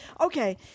Okay